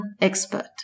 expert